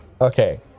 Okay